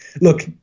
look